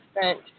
Spent